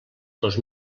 dos